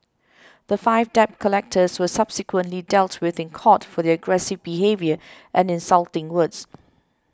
the five debt collectors were subsequently dealt with in court for their aggressive behaviour and insulting words